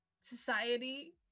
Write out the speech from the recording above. society